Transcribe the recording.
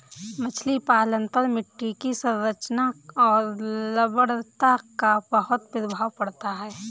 मछली पालन पर मिट्टी की संरचना और लवणता का बहुत प्रभाव पड़ता है